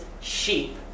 sheep